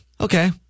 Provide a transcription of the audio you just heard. okay